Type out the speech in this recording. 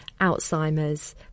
Alzheimer's